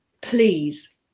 please